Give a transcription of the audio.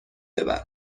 ببر